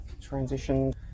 transition